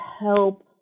help